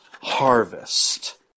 harvest